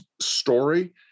story